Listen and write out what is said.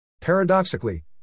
Paradoxically